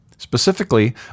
Specifically